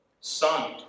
Son